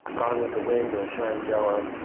gone with the wind or shenandoah,